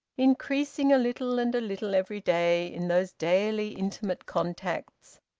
increasing a little and a little every day in those daily, intimate contacts,